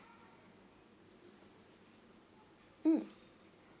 mm